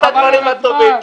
חבל על הזמן.